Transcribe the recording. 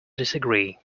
disagree